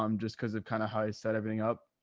um just because of kind of how i set everything up.